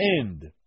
end